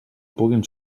puguin